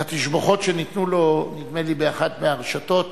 והתשבחות שניתנו לו, נדמה לי, באחת מהרשתות